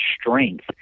strength